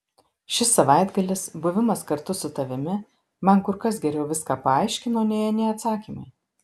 šis savaitgalis buvimas kartu su tavimi man kur kas geriau viską paaiškino nei anie atsakymai